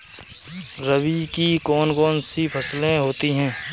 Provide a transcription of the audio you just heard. रबी की कौन कौन सी फसलें होती हैं?